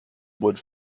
would